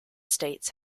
states